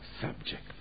subject